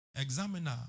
Examiner